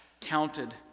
counted